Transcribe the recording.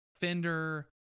Fender